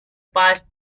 passed